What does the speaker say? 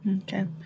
Okay